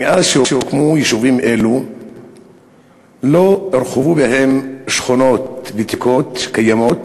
מאז שהוקמו יישובים אלו לא הורחבו בהם שכונות ותיקות קיימות